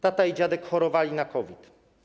Tata i dziadek chorowali na COVID.